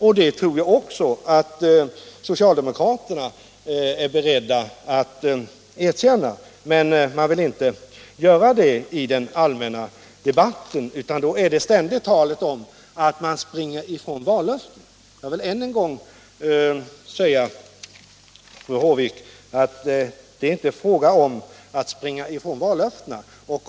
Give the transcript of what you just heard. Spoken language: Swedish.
Det tror jag att också socialdemokraterna är beredda att erkänna. Men man vill inte göra det i den allmänna debatten, utan där för man i stället alltid talet om att vi springer ifrån våra vallöften. Då vill jag än en gång säga, fru Håvik, att här är det inte fråga om att springa ifrån några vallöften.